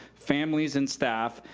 families, and staff,